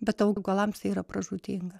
bet augalams tai yra pražūtinga